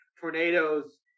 tornadoes